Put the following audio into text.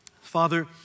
Father